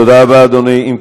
תודה רבה, אדוני.